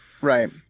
Right